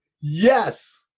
yes